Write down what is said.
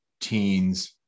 teens